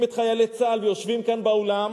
את חיילי צה"ל ויושבים כאן באולם,